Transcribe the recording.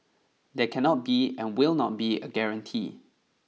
there cannot be and will not be a guarantee